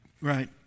right